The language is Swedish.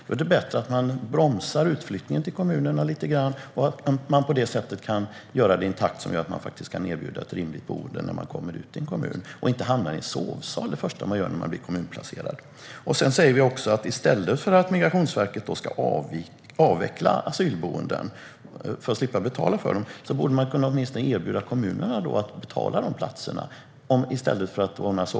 Då är det bättre att man bromsar utflyttningen till kommunerna i en takt så att nyanlända kan erbjudas ett rimligt boende och inte hamnar i en sovsal när de blir kommunplacerade. Vi säger också att i stället för att Migrationsverket ska avveckla asylboenden och ordna sovsalar i Folkets Hus, för att slippa betala för platserna, borde man åtminstone kunna erbjuda kommunerna att betala platserna.